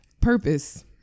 purpose